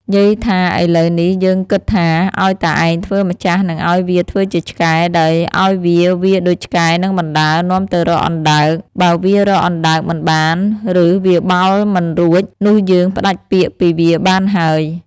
យាយថាឥឡូវនេះយើងគិតថា ឱ្យតាឯងធ្វើម្ចាស់និងឱ្យវាធ្វើជាឆ្កែ ដោយឱ្យវាវារដូចឆ្កែនិងបណ្តើរនាំទៅរកអណ្ដើក បើវារកអណ្ដើកមិនបានឬវាបោលមិនរួច នោះយើងផ្តាច់ពាក្យពីវាបានហើយ។